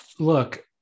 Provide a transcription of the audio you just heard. look